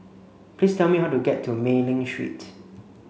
please tell me how to get to Mei Ling Street